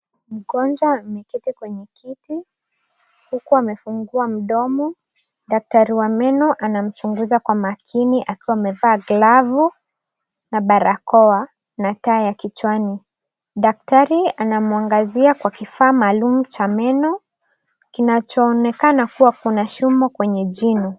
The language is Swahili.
Mgonjwa ameketi kwenye kiti, huku amefungua mdomo. daktari wa meno anamchunguza kwa makini akiwa amevaa glavu na barakoa na taa ya kichwani. Daktari anamwangazi kwa kifaa maalum cha meno kinachoonekana kuwa kuna chuma kwenye jino.